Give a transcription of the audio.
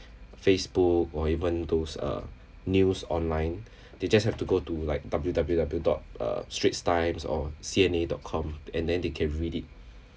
Facebook or even those uh news online they just have to go to like W_W_W dot uh straits times or C_N_N dot com and then they can read it